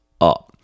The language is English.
up